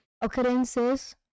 occurrences